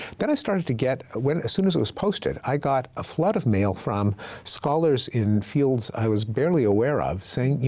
then i started to get when, as soon as it was posted, i got a flood of mail from scholars in fields i was barely aware of, saying, you